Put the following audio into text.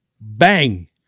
bang